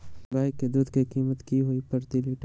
गाय के दूध के कीमत की हई प्रति लिटर?